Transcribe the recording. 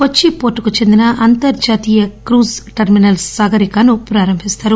కొచ్చి పోర్టుకు చెందిన అంతర్జాతీయ క్రూజ్ టెర్మినల్ సాగరికను ప్రారంభిస్తారు